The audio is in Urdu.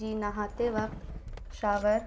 جی نہاتے وقت شاور